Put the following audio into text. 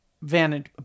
Vantage